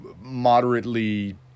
moderately